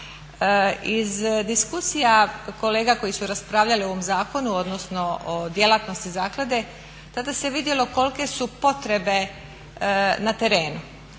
Iz diskusija kolega koji su raspravljali o ovome zakonu odnosno o djelatnosti zaklade tada se vidjelo kolike su potrebe na terenu.